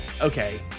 okay